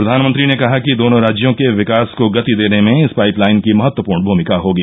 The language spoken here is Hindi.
प्रधानमंत्री ने कहा कि दोनों राज्यों के विकास को गति देने में इस पाइपलाइन की महत्वपूर्ण भूमिका होगी